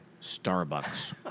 Starbucks